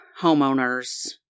homeowners